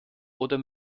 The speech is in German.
oder